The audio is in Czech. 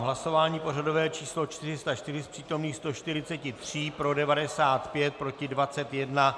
Hlasování pořadové číslo 404, z přítomných 143 pro 95, proti 21.